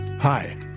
hi